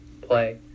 play